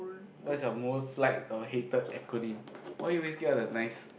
what is your most liked or hated acronym why you always get all the nice